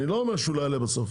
אני לא אומר שהוא לא יעלה בסוף,